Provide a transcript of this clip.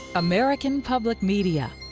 american public media